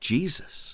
Jesus